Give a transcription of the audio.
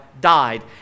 died